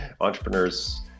Entrepreneurs